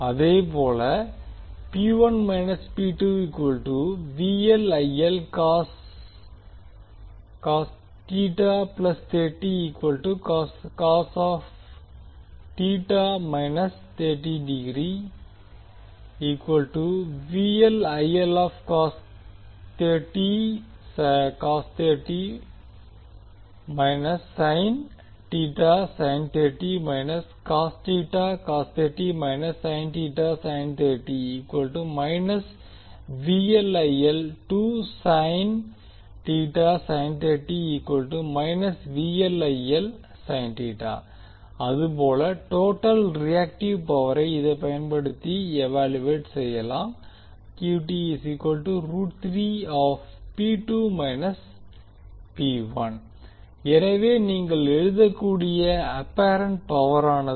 அதேபோல அதுபோல total reactive பவரை இதை பயன்படுத்தி இவாலுவேட் செய்யலாம் எனவே நீங்கள் எழுதக்கூடிய அப்பேரன்ட் பவரானது